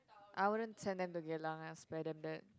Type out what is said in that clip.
I wouldn't send them to Geylang ah spare them that